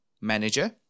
manager